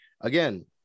again